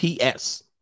PS